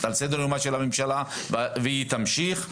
על סדר-יומה של הממשלה והיא תמשיך.